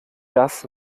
dass